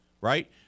right